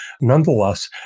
Nonetheless